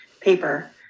paper